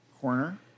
corner